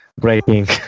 breaking